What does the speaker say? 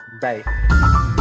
bye